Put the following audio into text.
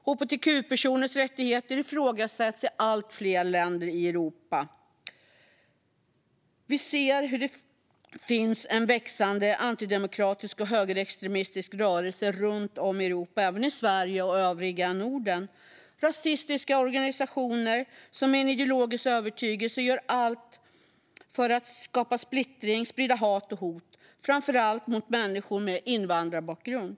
Hbtq-personers rättigheter ifrågasätts i allt fler länder i Europa. Vi ser att det finns en växande antidemokratisk och högerextremistisk rörelse runt om i Europa, även i Sverige och övriga Norden. Det är rasistiska organisationer som i sin ideologiska övertygelse gör allt för att skapa splittring och sprida hat och hot, framför allt mot människor med invandrarbakgrund.